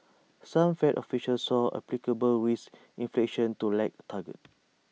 some fed officials saw applicable risk inflation to lag target